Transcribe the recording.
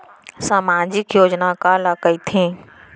सामाजिक योजना काला कहिथे?